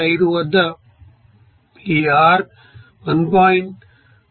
5 వద్ద ఈ r 1